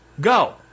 Go